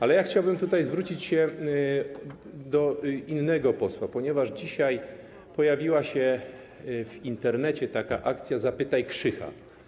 Ale ja chciałbym tutaj zwrócić się do innego posła, ponieważ dzisiaj pojawiła się w Internecie taka akcja: zapytaj Krzycha.